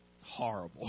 horrible